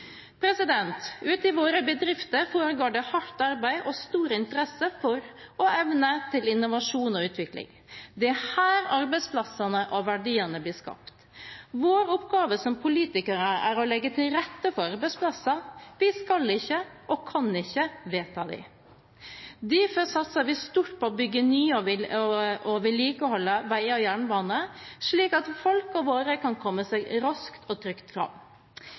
i våre bedrifter foregår det hardt arbeid og er stor interesse for og evne til innovasjon og utvikling. Det er her arbeidsplassene og verdiene blir skapt. Vår oppgave som politikere er å legge til rette for arbeidsplasser. Vi skal ikke og kan ikke vedta dem. Derfor satser vi stort på å bygge nye og vedlikeholde veier og jernbane slik at folk og varer kan komme seg raskt og trygt fram.